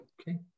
Okay